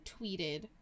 tweeted